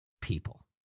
People